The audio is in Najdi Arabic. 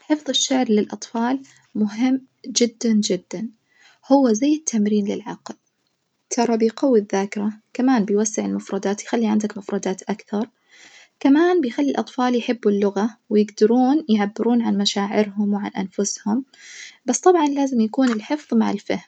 حفظ الشعر للأطفال مهم جدًا جدًا هو زي التمرين للعقل ترا بيقوي الذاكرة، كمان بيوسع المفردات يخلي عندك مفردات أكثر، كمان بيخلي الأطفال يحبوا اللغة ويجدرون يعبرون عن مشاعرهم وعن أنفسهم بس طبعًا لازم يكون الحفظ مع الفهم